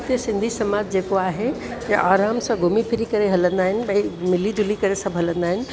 हिते सिंधी समाज जेको आहे आराम सां घुमी फिरी करे हलंदा आहिनि ॿई मिली जुली करे सभु हलंदा आहिनि